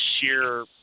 sheer